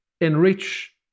enrich